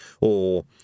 Or